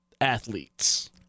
athletes